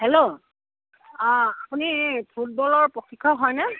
hello অ আপুনি ফুটবলৰ প্ৰশিক্ষক হয়নে